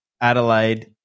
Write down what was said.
Adelaide